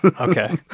Okay